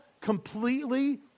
completely